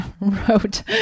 wrote